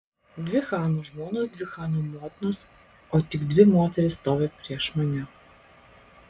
dvi chanų žmonos dvi chanų motinos o tik dvi moterys stovi prieš mane